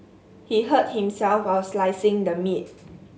he hurt himself while slicing the meat